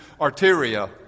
Arteria